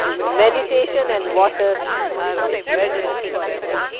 meditation and water are wedded forever.